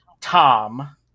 Tom